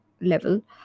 level